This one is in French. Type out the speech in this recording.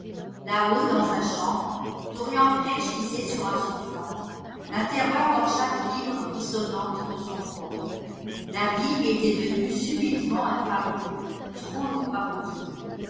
là-haut dans sa chambre dorian gray gisait sur un sofa la terreur dans chaque fibre frissonnante de son corps la vie lui était devenue subitement un fardeau trop lourd à porter